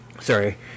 sorry